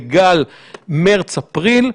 בגל מרס-אפריל,